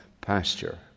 pasture